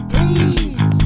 Please